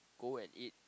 go and eat